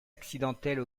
accidentelle